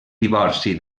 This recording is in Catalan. divorci